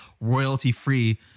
royalty-free